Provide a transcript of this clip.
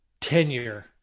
tenure